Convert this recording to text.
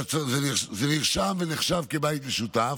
זה נרשם או נחשב כבית משותף,